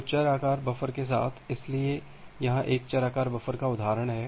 तो चर आकार बफर के साथ इसलिए यहां एक चर आकार बफर का एक उदाहरण है